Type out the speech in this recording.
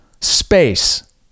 space